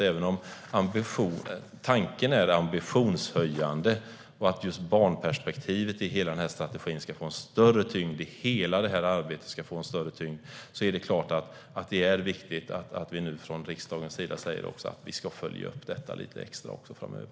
Tanken är att det ska vara ambitionshöjande och att just barnperspektivet i strategin och hela det här arbetet ska få en större tyngd. Då är det viktigt att vi nu från riksdagens sida säger att vi ska följa upp detta lite extra framöver.